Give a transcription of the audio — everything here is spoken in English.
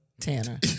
Tanner